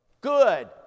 good